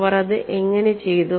അവർ അത് എങ്ങനെ ചെയ്തു